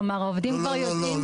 כלומר העובדים כבר יודעים --- לא,